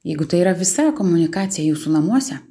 jeigu tai yra visa komunikacija jūsų namuose